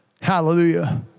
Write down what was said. Hallelujah